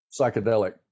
psychedelic